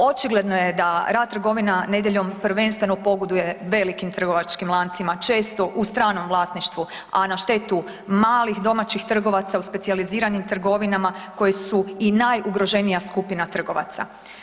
Očigledno je da rad trgovina nedjeljom prvenstveno pogoduje velikim trgovačkim lancima, često u stranom vlasništvu, a na štetu malih domaćih trgovaca u specijaliziranim trgovinama koji su i najugroženija skupina trgovaca.